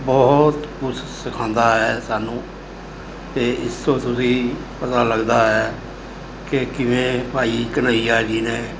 ਬਹੁਤ ਕੁਛ ਸਿਖਾਉਂਦਾ ਹੈ ਸਾਨੂੰ ਅਤੇ ਇਸ ਤੋਂ ਤੁਸੀਂ ਪਤਾ ਲੱਗਦਾ ਹੈ ਕਿ ਕਿਵੇਂ ਭਾਈ ਘਨ੍ਹੱਈਆ ਜੀ ਨੇ